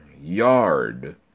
yard